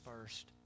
first